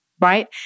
right